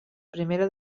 primera